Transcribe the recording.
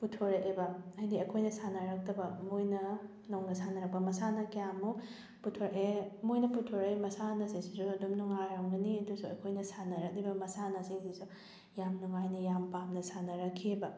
ꯄꯨꯊꯣꯔꯛꯑꯦꯕ ꯍꯥꯏꯗꯤ ꯑꯩꯈꯣꯏꯅ ꯁꯥꯟꯅꯔꯛꯇꯕ ꯃꯣꯏꯅ ꯅꯧꯅ ꯁꯥꯟꯅꯔꯛꯄ ꯃꯁꯥꯟꯅ ꯀꯌꯥꯃꯨꯛ ꯄꯨꯊꯣꯔꯛꯑꯦ ꯃꯣꯏꯅ ꯄꯨꯊꯣꯔꯛꯏꯕ ꯃꯁꯥꯟꯅꯁꯤꯁꯨ ꯑꯗꯨꯝ ꯅꯨꯉꯥꯏꯔꯝꯒꯅꯤ ꯑꯗꯨ ꯑꯣꯏꯔꯁꯨ ꯑꯩꯈꯣꯏꯅ ꯁꯥꯟꯅꯔꯛꯂꯤꯕ ꯃꯁꯥꯟꯅ ꯁꯤꯡꯁꯤꯁꯨ ꯌꯥꯝ ꯅꯨꯉꯥꯏꯅ ꯌꯥꯝ ꯄꯥꯝꯅ ꯁꯥꯟꯅꯔꯛꯈꯤꯕ